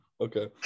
Okay